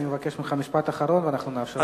אני מבקש ממך משפט אחרון ואנחנו נאפשר לשר לענות.